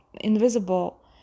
invisible